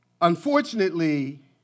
Unfortunately